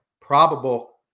probable